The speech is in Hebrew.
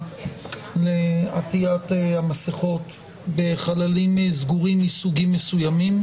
לעטיית המסכות בחללים סגורים מסוגים מסוימים,